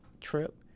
trip